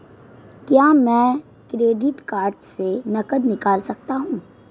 क्या मैं credit card से नकद निकाल सकता हूँ?